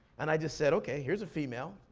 and i just said, okay, here's a female,